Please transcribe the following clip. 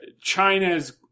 China's